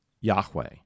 Yahweh